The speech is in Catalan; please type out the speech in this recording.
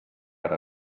ara